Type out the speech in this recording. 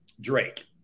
Drake